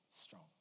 strong